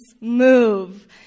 move